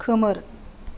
खोमोर